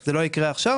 זה לא יקרה עכשיו,